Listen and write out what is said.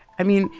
i mean,